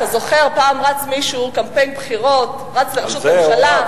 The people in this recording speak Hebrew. פעם רץ מישהו בקמפיין בחירות, רץ לראשות הממשלה.